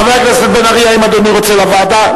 חבר הכנסת בן-ארי, האם אדוני רוצה לוועדה?